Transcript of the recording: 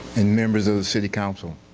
and members of the city council,